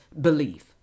belief